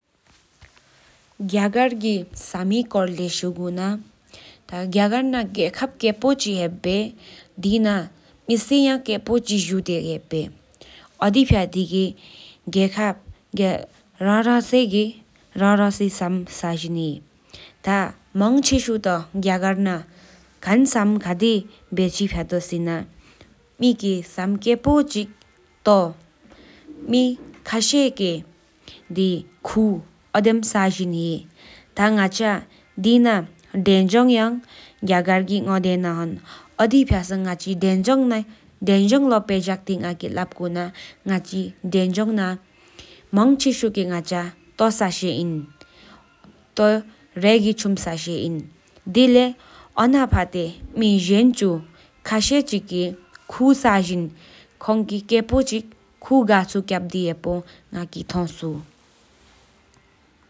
རྒྱ་དར་གི་ས་མེད་ ཀོར་ལས་བཞུགས་ནག་ ཐ་རྒྱ་དར་ན་ གཡའ་ཁབ་བཀྲ་ཤིས་གཅིག་ཡོད་འབད། ཐ་ར་མེ་ཤ་ཡར་ཀེར་པོ་གཅིག་ཞུ་རྒྱ་དགོས་འབད། ཨོ་དོ་ཕྱེད་ཀྱི་གཡའ་ཁབ་ར་ར་སི་ར་ར་སོ་སོར་བྱས་ས་མ་གི་ཡའ་ཡིན། ཐ་མང་ཁྱིམ་ཙེར་བ་རྒྱ་དར་ན་ ཁལ་ཁ་དང་བྱེ་མ་ཀཱས་ཐོ་ཞེན་བྱས་དུག་དཀར་ཕྱེ་ནས་ལ་མེགས། ཐ་ནང་ཅེ་དེན་རྒྱལ་ཀུའུ་རོང་གདུག་གི་ན་བལ་ ཨོ་དོ་ཟབ་ག་བདེ་ང་བིཀ་འགྱོད་ ང་རེ་སུ་རང་བདེ་དད་ཀྱེ་ཐོ་གད་རྒྱ་དཀར་ཀྱབ། དེ་ལ་ཨོ་ན་ པོ་བུ་སྐུ་རྐོར་འགྲེས་གཅིང་འབད་མཁྲེག་གཅིང་ཐུ་རགས་གཅིག་ཀྱི་ཁུ་ཤག་གཅིང་དྲགས་བརྒྱ་གག